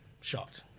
shocked